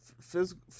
physical